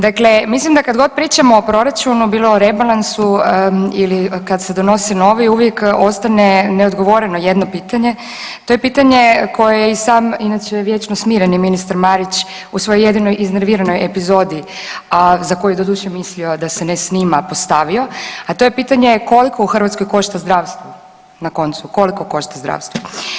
Dakle mislim da kad god pričamo o proračunu bilo o rebalansu ili kad se donosi novi, uvijek ostane neodgovoreno jedno pitanje, to je pitanje koje je i sam inače vječno smireni ministar Marić u svojoj jedinoj iznerviranoj epizodi a za koji je doduše mislio da se ne snima postavio, a to je pitanje koliko u Hrvatskoj košta zdravstvo na koncu, koliko košta zdravstvo.